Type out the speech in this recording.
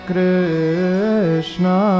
Krishna